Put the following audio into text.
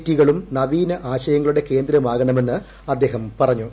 റ്റികളും നവീന ആശയങ്ങളുടെ കേന്ദ്രമാകണമെന്ന് അദ്ദേഹം പറഞ്ഞു